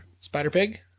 Spider-Pig